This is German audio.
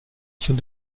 sind